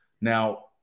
now